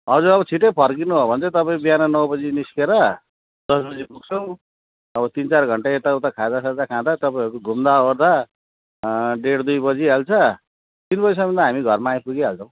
हजुर अब छिटै फर्किनु हो भने चाहिँ तपाईँ बिहान नौ बजे निस्केर दस बजे पुग्छौँ अब तिन चार घन्टा यता उता खाजासाजा खाँदा तपाईँहरूको घुम्दाओर्दा डेढ दुई बजिहाल्छ तिन बजेसम्ममा हामी घर आइपुगिहाल्छौँ